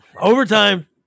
overtime